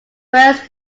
first